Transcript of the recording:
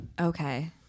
Okay